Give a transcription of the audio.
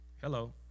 Hello